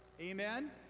Amen